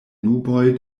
nuboj